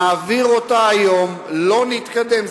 נעביר אותה היום, לא נתקדם.